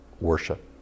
worship